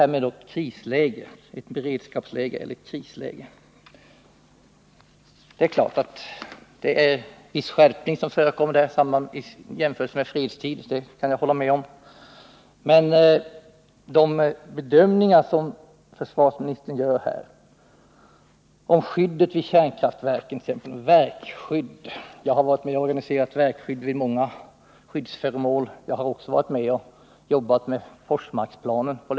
När det gäller ett beredskapseller krisläge håller jag med om att det blir en viss skärpning i jämförelse med läget i fredstid. Men de bedömningar som försvarsministern gör beträffande skyddet vid kärnkraftverken, t.ex. verkskyddet och de motåtgärder som han nämner och hänvisar till — som om de skulle vara något verkligt bra för att lösa alla problem med — är helt otillräckliga.